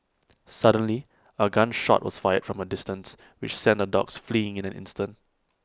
suddenly A gun shot was fired from A distance which sent the dogs fleeing in an instant